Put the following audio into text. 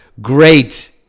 great